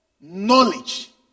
knowledge